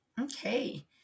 Okay